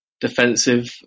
defensive